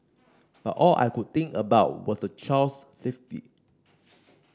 but all I could think about was the child's safety